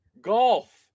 golf